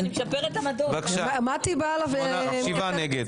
שבעה נגד.